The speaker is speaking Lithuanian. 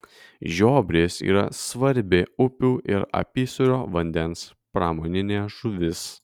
žiobris yra svarbi upių ir apysūrio vandens pramoninė žuvis